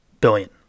billion